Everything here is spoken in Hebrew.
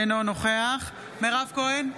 אינו נוכח מירב כהן,